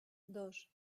dos